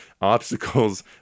obstacles